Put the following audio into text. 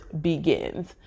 begins